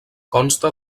consta